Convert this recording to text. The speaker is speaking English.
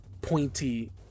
pointy